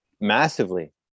Massively